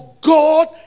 God